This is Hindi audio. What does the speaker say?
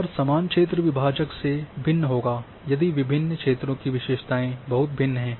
और समान क्षेत्र विभाजक से भिन्न होगा यदि विभिन्न क्षेत्रों की विशेषताएँ बहुत भिन्न हैं